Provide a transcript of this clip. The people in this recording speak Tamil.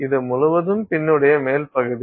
இது முழுவதும் பின்னுடைய மேல் பகுதி